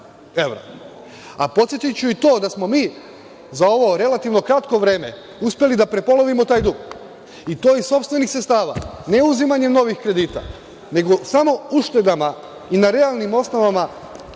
Podsetiću i to, da smo mi za ovo kratko vreme uspeli da prepolovimo taj dug, i to iz sopstvenih sredstava, ne uzimanjem kredita, nego samo uštedama i na realnim osnovama